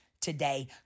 today